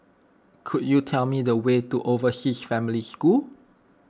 could you tell me the way to Overseas Family School